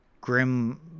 grim